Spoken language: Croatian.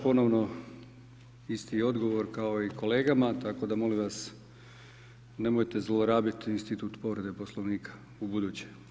Ponovno isti odgovor kao i kolega, tako da molim vas, nemojte zlorabiti institut povrede Poslovnika u buduće.